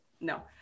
No